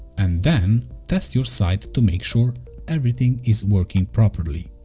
and then test your site to make sure everything is working properly.